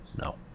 No